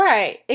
Right